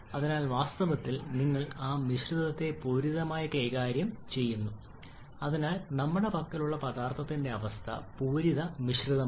അതിനാൽ വാസ്തവത്തിൽ നിങ്ങൾ ആ മിശ്രിതത്തെ പൂരിതമായി കൈകാര്യം ചെയ്യുന്നു അതിനാൽ നമ്മുടെ പക്കലുള്ള പദാർത്ഥത്തിന്റെ അവസ്ഥ പൂരിത മിശ്രിതമാണ്